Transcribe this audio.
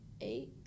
eight